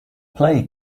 play